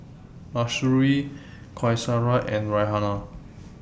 Mahsuri Qaisara and Raihana